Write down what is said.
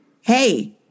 Hey